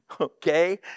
Okay